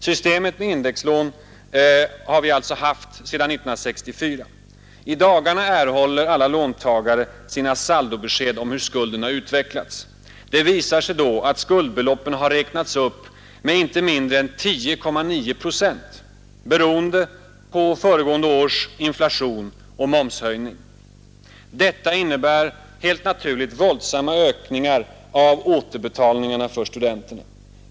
Systemet med indexlån har vi haft sedan 1964. I dagarna erhåller alla låntagare sina saldobesked om hur skulden har utvecklats. Det visar sig då att skuldbeloppen har räknats upp med inte mindre än 10,9 procent beroende på föregående års inflation och momshöjning. Detta innebär helt naturligt våldsamma ökningar av återbetalningarna för studenterna.